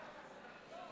החוק